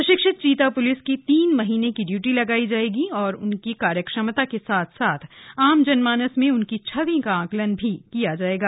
प्रशिक्षित चीता प्लिस की तीन महीने की इयूटी लगायी जाएगी उनकी कार्य क्षमता के साथ साथ आम जनमानस में उनकी छवि का आकलन किया जाएगा